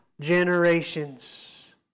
generations